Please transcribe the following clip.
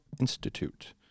Institute